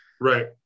right